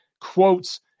quotes